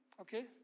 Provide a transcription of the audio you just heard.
Okay